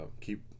keep